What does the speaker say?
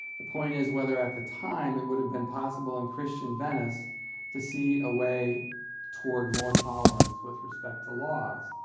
the point is whether at the time it would have been possible in christian venice to see a way toward more tolerance with respect to laws.